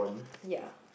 ya